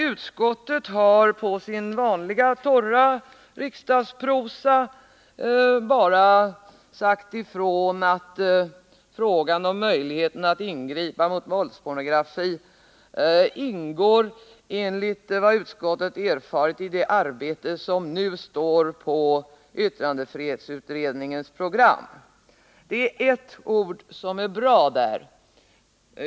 Utskottet har på sin vanliga torra riksdagsprosa bara sagt ifrån att frågan om möjligheten att ingripa mot våldspornografi enligt vad utskottet erfarit nu står på yttrandefrihetsutredningens program. Det är ett ord som är bra där.